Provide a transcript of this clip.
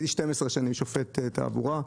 הייתי 12 שנים שופט תעבורה.